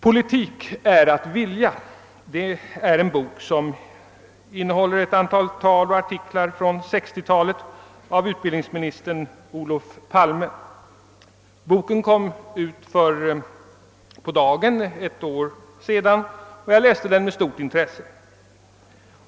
»Politik är att vilja« är en bok som innehåller ett antal tal och artiklar från 1960-talet av utbildningsminister Olof Palme. Boken kom ut för nästan på dagen ett år sedan, och jag läste den med stort intresse.